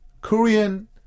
korean